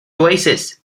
oasis